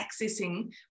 accessing